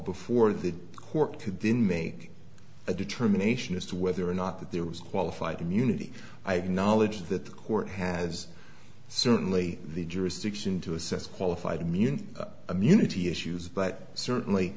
before the court could then make a determination as to whether or not there was qualified immunity i have knowledge that the court has certainly the jurisdiction to assess qualified immunity immunity issues but certainly